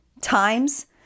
Times